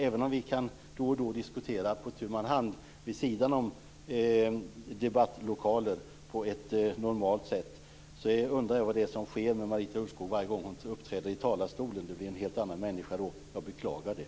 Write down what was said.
Även om vi då och då kan diskutera på tu man hand vid sidan om debattlokalen på ett normalt sätt, undrar jag vad som sker med Marita Ulvskog varje gång hon uppträder i talarstolen. Hon blir en helt annan människa då. Jag beklagar det.